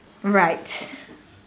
right